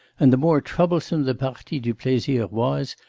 and the more troublesome the partie du plaisir was,